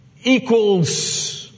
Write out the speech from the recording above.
equals